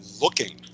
looking